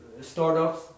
startups